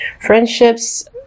friendships